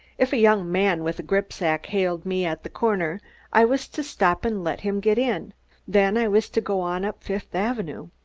if a young man with a gripsack hailed me at the corner i was to stop and let him get in then i was to go on up fifth avenue.